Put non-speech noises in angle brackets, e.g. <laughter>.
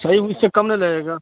صحیح <unintelligible> اس سے کم نہیں لگے گا